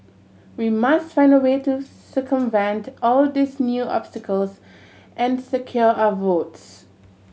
we must find a way to circumvent all these new obstacles and secure our votes